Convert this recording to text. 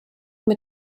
mit